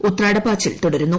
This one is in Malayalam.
ഉത്രാടപ്പാച്ചിൽ തുടരുന്നു